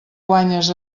guanyes